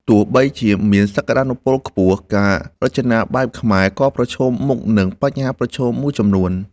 ទោះបីជាមានសក្តានុពលខ្ពស់ ការរចនាបែបខ្មែរក៏ប្រឈមមុខនឹងបញ្ហាប្រឈមមួយចំនួន។